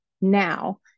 Now